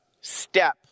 step